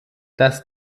das